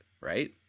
right